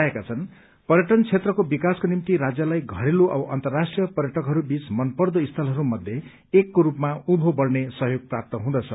विभागीय सूत्रहस्ले बताएका छन् पर्यटन क्षेत्रको विकासको निम्ति राज्यलाई घरेलू औ अन्तर्राष्ट्रीय पर्यटकहरू बीच मनपर्दो स्थलहरू मध्ये एकको रूपमा उभा बढ़ने सहयोग प्राप्त हुँदछ